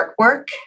artwork